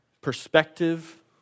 perspective